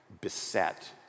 beset